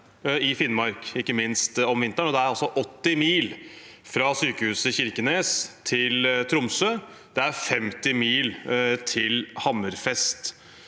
i Finnmark, ikke minst om vinteren. Det er altså 80 mil fra sykehuset i Kirkenes til Tromsø, og det er 50 mil til Hammerfest.